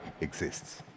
exists